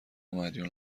مدیون